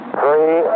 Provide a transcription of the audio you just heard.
three